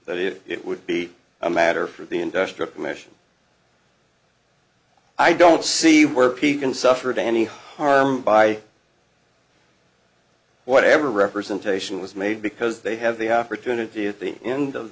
that it would be a matter for the industry commission i don't see where pekin suffered any harm by whatever representation was made because they have the opportunity at the end of